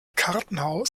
kartenhaus